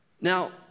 Now